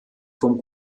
vom